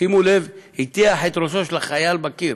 שימו לב: הטיח את ראשו של החייל בקיר,